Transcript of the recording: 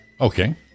Okay